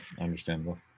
Understandable